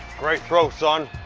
great throw son.